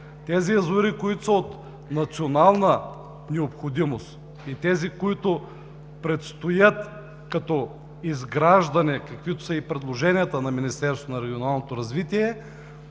Тези язовири, които са от национална необходимост, и тези, които предстоят като изграждане, каквито са и предложенията на